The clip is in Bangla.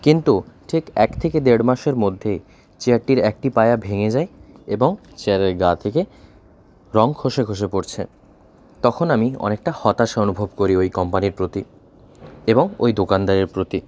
কিন্তু ঠিক এক থেকে দেড় মাসের মধ্যে চেয়ারটির একটি পায়া ভেঙে যায় এবং চেয়ারের গা থেকে রঙ খসে খসে পড়ছে তখন আমি অনেকটা হতাশা অনুভব করি ওই কোম্পানিটার প্রতি এবং ওই দোকানদারের প্রতি